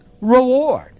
reward